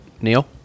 Neil